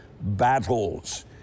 battles